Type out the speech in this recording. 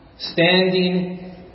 Standing